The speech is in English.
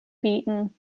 beaten